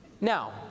Now